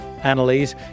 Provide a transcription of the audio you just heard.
Annalise